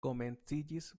komenciĝis